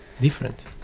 different